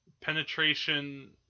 Penetration